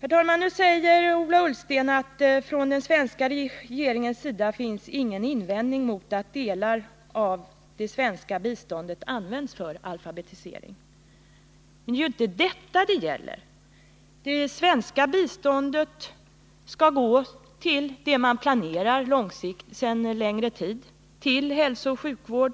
Herr talman! Ola Ullsten säger nu att från den svenska regeringens sida finns ingen invändning mot att delar av det svenska biståndet används för alfabetisering. Men här är det ju inte fråga om detta bistånd. Det svenska biståndet skall gå till det som man har planerat sedan längre tid, bl.a. till hälsooch sjukvård.